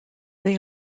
they